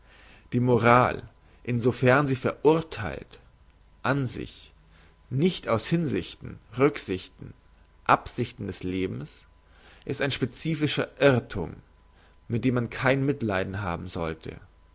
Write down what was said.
die moral insofern sie verurtheilt an sich nicht aus hinsichten rücksichten absichten des lebens ist ein spezifischer irrthum mit dem man kein mitleiden haben soll